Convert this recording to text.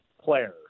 players